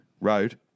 Road